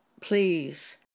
please